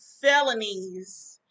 felonies